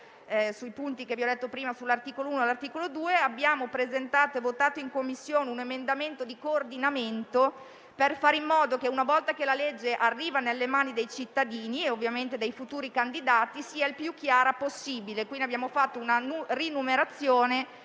prima in riferimento agli articoli 1 e 2, abbiamo presentato e votato in Commissione un emendamento di coordinamento per fare in modo che la legge, una volta arrivata nelle mani dei cittadini e ovviamente dei futuri candidati, sia la più chiara possibile, quindi abbiamo operato una rinumerazione